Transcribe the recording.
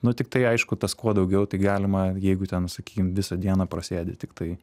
nu tiktai aišku tas kuo daugiau tai galima jeigu ten sakykim visą dieną prasėdi tiktai